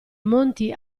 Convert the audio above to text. monti